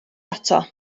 ato